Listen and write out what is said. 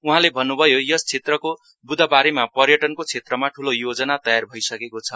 उहाँले भन्न्भयो यस क्षेत्रको ब्धबारेमा पर्यटनको क्षेत्रमा ठूलो योनजा तयार भइसकेको छ